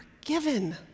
given